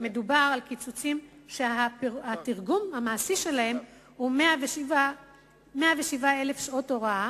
מדובר על קיצוצים שהתרגום המעשי שלהם הוא 107,000 שעות הוראה,